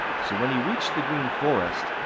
so, when he reached the green forest,